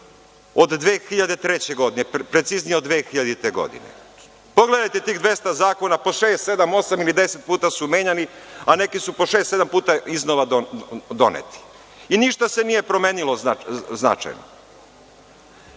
od 2003. godine, preciznije od 2000. godine. Pogledajte tih 200 zakona, po šest, sedam, osam ili deset puta su menjani, a neki su po šest-sedam puta iznova doneti i ništa se nije promenilo značajno.